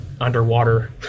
underwater